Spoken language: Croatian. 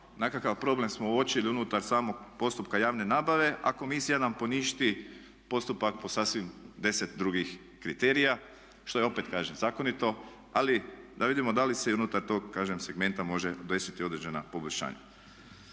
nekakav problem smo uočili unutar samog postupka javne nabave, a komisija nam poništi postupak po sasvim deset drugih kriterija. Što je opet kažem zakonito ali da vidimo da li se i unutar tog kažem segmenta može desiti određena poboljšanja.